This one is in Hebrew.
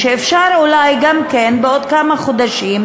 אפשר אולי באותם החודשים,